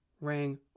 rang